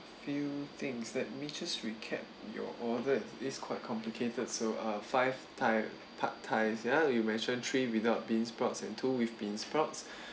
few things let me just recap your order it's quite complicated so uh five thai pad thai ya you mention three without beansprouts and two with beansprouts